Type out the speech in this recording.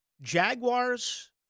Jaguars